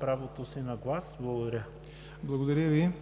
правото си на глас. Благодаря. ПРЕДСЕДАТЕЛ